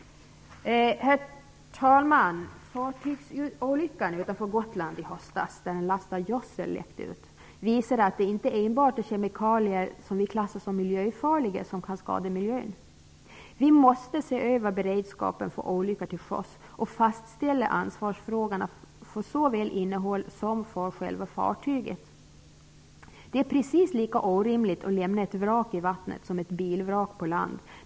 Herr talman! Fartygsolyckan utanför Gotland i höstas, där en last av gödsel läckte ut, visar att det inte enbart är de kemikalier vi klassar som miljöfarliga som kan skada miljön. Vi måste se över beredskapen för olyckor till sjöss och fastställa ansvarsfrågorna för såväl innehåll som själva fartyget. Det är precis lika orimligt att lämna ett vrak i vattnet som att lämna ett bilvrak på land.